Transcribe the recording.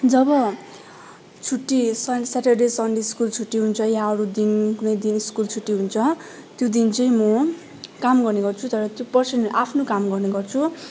जब छुट्टी सन् Saturday Sunday school छुट्टी हुन्छ या अरू दिन कुनै दिन स्कुल छुट्टी हुन्छ त्यो दिन चाहिँ म काम गर्ने गर्छु तर त्यो पर्सनल आफ्नो काम गर्ने गर्छु